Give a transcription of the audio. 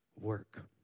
work